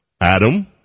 Adam